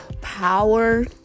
power